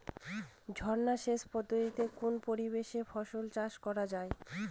ঝর্না সেচ পদ্ধতিতে কোন পরিবেশে ফসল চাষ করা যায়?